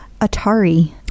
Atari